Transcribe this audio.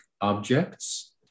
objects